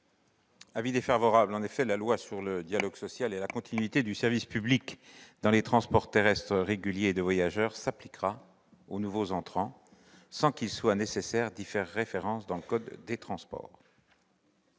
Avis défavorable. La loi sur le dialogue social et la continuité du service public dans les transports terrestres réguliers de voyageurs s'appliquera aux nouveaux entrants sans qu'il soit nécessaire d'y faire référence dans le code des transports.